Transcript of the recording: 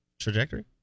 trajectory